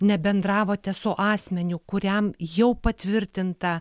nebendravote su asmeniu kuriam jau patvirtinta